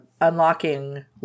unlocking